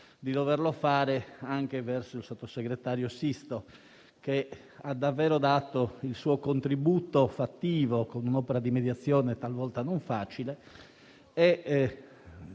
di doverlo fare anche verso il sottosegretario Sisto, che ha davvero dato un contributo fattivo, con un'opera di mediazione talvolta non facile,